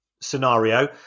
scenario